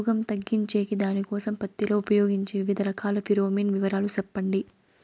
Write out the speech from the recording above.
రోగం తగ్గించేకి దానికోసం పత్తి లో ఉపయోగించే వివిధ రకాల ఫిరోమిన్ వివరాలు సెప్పండి